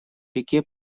реке